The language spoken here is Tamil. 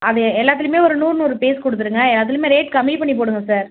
அது எல்லாத்துலையுமே ஒரு நூறு நூறு பீஸ் கொடுத்துருங்க அதுலையுமே ரேட் கம்மி பண்ணி போடுங்கள் சார்